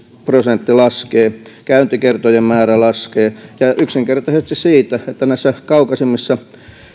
laskee käyntikertojen määrä laskee ja on yksinkertaisesti niin että kun näissä kaukaisemmissa